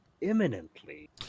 imminently